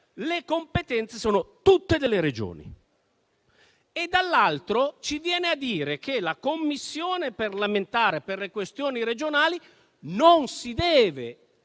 le competenze sono tutte delle Regioni, e dall'altro ci viene a dire che la Commissione parlamentare per le questioni regionali non si deve